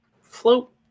float